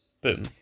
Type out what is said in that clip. Boom